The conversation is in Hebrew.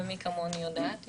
ומי כמוני יודעת,